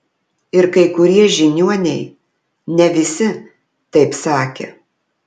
ir kai kurie žiniuoniai ne visi taip sakė